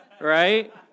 right